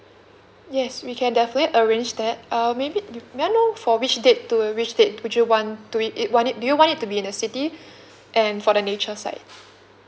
yes we can definitely arrange that uh maybe may I know for which date to uh which date would you want to it it want it do you want it to be in the city and for the nature side